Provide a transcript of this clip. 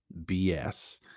BS